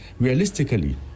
realistically